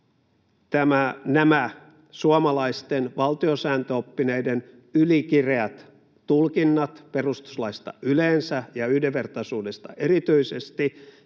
näitä suomalaisten valtiosääntöoppineiden ylikireitä tulkintoja perustuslaista yleensä ja yhdenvertaisuudesta erityisesti,